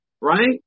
right